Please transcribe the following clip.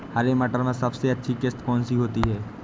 हरे मटर में सबसे अच्छी किश्त कौन सी होती है?